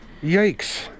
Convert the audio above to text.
Yikes